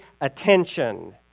attention